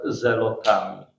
zelotami